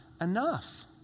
enough